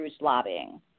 lobbying